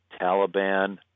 Taliban